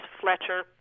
Fletcher